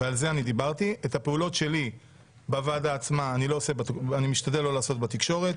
את הפעולות שלי בוועדה עצמה אני משתדל לא לעשות בתקשורת,